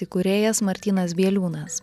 įkūrėjas martynas bieliūnas